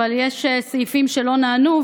אבל יש סעיפים שלא נענו,